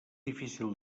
difícil